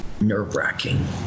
nerve-wracking